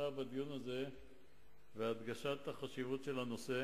בדיון הזה ובהדגשת החשיבות של הנושא,